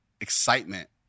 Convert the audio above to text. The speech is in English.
excitement